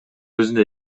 өзүнө